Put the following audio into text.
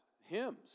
hymns